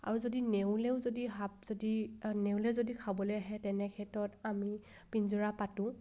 আৰু যদি নেউলেও যদি সাপ যদি নেউলে যদি খাবলৈ আহে তেনে ক্ষেত্ৰত আমি পিঞ্জৰা পাতোঁ